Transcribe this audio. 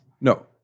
No